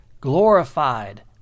glorified